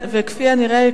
וכפי הנראה,